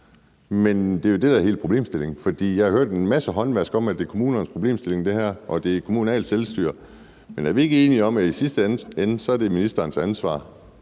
men det er jo det, der er hele problemstillingen. Jeg har hørt en masse håndvask om, at det her er kommunernes problemstilling, og at det er kommunalt selvstyre, men er vi ikke enige om, at i sidste ende er det ministerens ansvar,